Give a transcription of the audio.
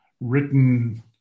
written